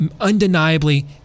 undeniably